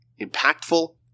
impactful